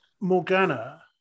Morgana